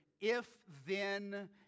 if-then